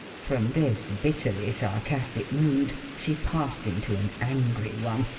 from this bitterly sarcastic mood, she passed into an angry one,